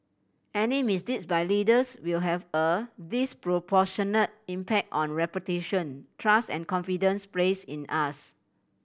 any misdeeds by leaders will have a disproportionate impact on reputation trust and confidence placed in us